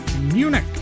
Munich